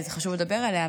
וזה חשוב לדבר עליה,